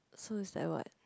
so is like what